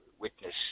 witness